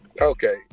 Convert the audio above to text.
Okay